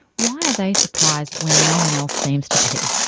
why are they surprised when no-one else seems to be?